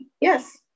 yes